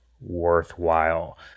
worthwhile